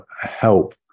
help